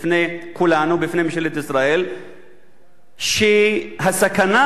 בפני כולנו ובפני ממשלת ישראל על הסכנה,